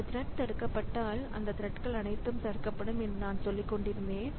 இந்த த்ரெட் தடுக்கப்பட்டால் இந்த த்ரெட்கள் அனைத்தும் தடுக்கப்படும் என்று நான் சொல்லிக்கொண்டிருந்தேன்